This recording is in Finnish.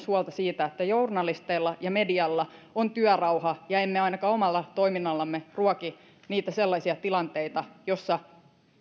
huolta siitä että journalisteilla ja medialla on työrauha ja emme ainakaan omalla toiminnallamme ruoki niitä sellaisia tilanteita joissa